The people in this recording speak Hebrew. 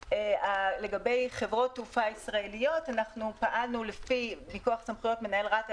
לגבי חברות תעופה ישראליות פעלנו לפי פיקוח סמכויות מנהל רת"א,